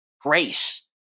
grace